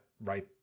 right